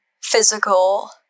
physical